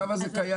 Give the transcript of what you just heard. הצו הזה קיים.